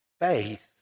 faith